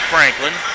Franklin